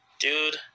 Dude